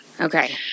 okay